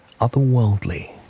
otherworldly